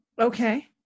Okay